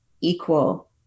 equal